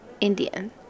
Indian